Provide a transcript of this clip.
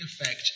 effect